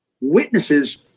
witnesses